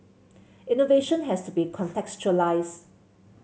innovation has to be contextualised